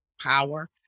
power